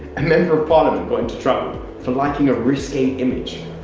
a member of parliament got into trouble for liking a risque image,